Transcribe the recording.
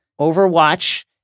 Overwatch